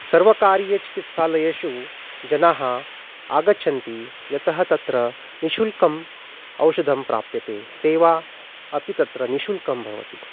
सर्वकारीयचिकित्सालयेषु जनाः आगच्छन्ति यतः तत्र निःशुल्कम् औषधं प्राप्यते सेवा अपि तत्र निःशुल्कं भवति